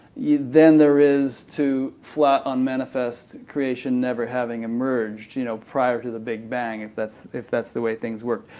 yeah than there is to ah unmanifest creation never having emerged you know prior to the big bang, if that's if that's the way things worked.